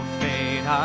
fate